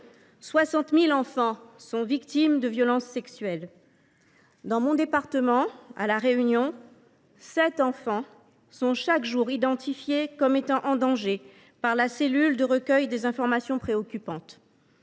60 000 enfants sont victimes de violences sexuelles. Dans mon département, La Réunion, chaque jour, sept enfants sont identifiés comme étant en danger par la cellule de recueil des informations préoccupantes,